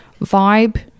vibe-